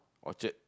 Orchard